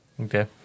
Okay